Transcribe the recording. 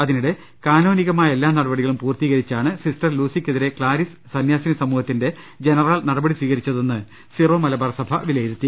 അതിനിടെ കാനോനികമായ എല്ലാ നടപ ടികളും പൂർത്തീകരിച്ചാണ് സിസ്റ്റർ ലൂസിക്കെതിരെ ക്ലാരിസ് സന്യാസിനി ട സമൂഹത്തിന്റെ ജനറാൾ നടപടി സ്വീകരിച്ചതെന്ന് സിറോ മലബാർ സഭ വില യിരുത്തി